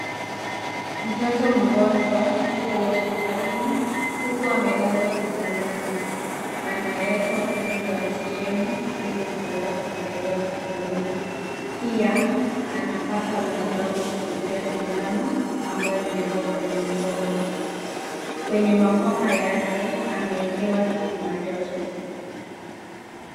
Mtoto mgonjwa, yuko hospitalini, huku amelazwa kitandani. Anaekwa pumzi ya oksijeni, ili kuweza kumsaidia kupumua. Pia, anapata matibabu kupitia sindano, ambayo imewekwa kwenye mkono. Kwenye makwapa yake, ameekewa kipima joto.